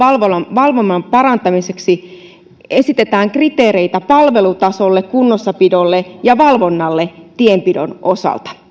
valvonnan parantamiseksi esitetään kriteereitä palvelutasolle kunnossapidolle ja valvonnalle tienpidon osalta